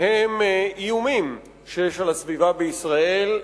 בהם איומים שיש על הסביבה בישראל.